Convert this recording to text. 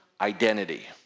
identity